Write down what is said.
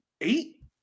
eight